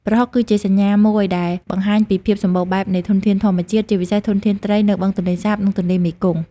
ប្រហុកគឺជាសញ្ញាមួយដែលបង្ហាញពីភាពសម្បូរបែបនៃធនធានធម្មជាតិ ជាពិសេសធនធានត្រីនៅបឹងទន្លេសាប និងទន្លេមេគង្គ។